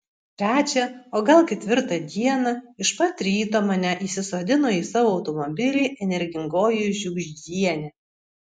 trečią o gal ketvirtą dieną iš pat ryto mane įsisodino į savo automobilį energingoji žiugždienė